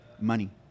Money